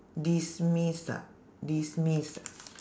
dismiss ah dismiss ah